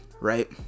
right